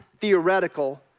theoretical